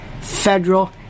federal